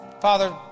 father